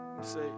say